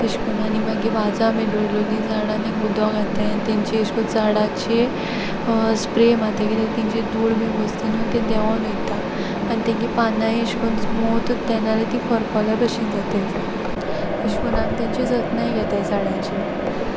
तेश कोन्ना आनी मागी वाझान बी रोयलोलीं झाडां तेंक उदो घाताय आनी तेंचेर झाडांचेर स्प्रे माताय कित्याक तेंचेर धूळ बीन बोसता न्हू तें देंवोन वोयता आनी तेंगे पानांय अेश कोन्न स्मूथ उरताय ना जाल्यार तीं कोरपोल्या भाशीन जाताय अशे कोन्न आम तेंची जतनाय घेताय झाडांची